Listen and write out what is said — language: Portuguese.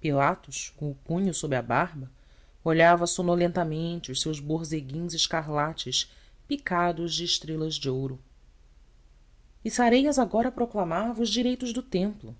pilatos com o punho sob a barba olhava sonolentamente os seus borzeguins escarlates picados de estrelas de ouro e sareias agora proclamava os direitos do templo